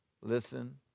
listen